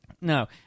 No